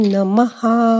Namaha